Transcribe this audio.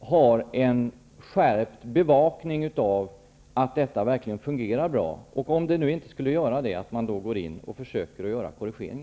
har en skärpt bevakning av att detta verkligen fungerar bra och, om det inte skulle göra det, går in och försöker göra korrigeringar.